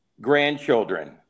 grandchildren